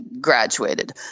graduated